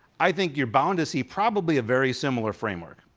i think you're bound to see probably a very similar framework.